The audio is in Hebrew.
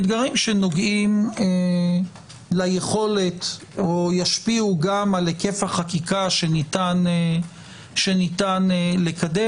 אתגרים שנוגעים ליכולת או ישפיעו גם על היקף החקיקה שניתן לקדם.